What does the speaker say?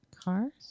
Cars